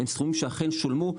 הם סכומים שאכן שולמו,